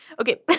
Okay